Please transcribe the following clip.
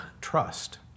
trust